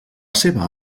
seva